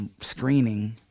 screening